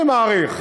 אני מעריך.